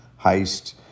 heist